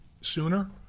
sooner